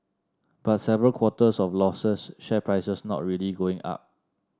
but several quarters of losses share prices not really going up